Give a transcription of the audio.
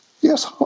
yes